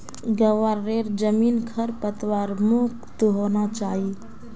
ग्वारेर जमीन खरपतवार मुक्त होना चाई